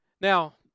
Now